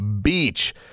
Beach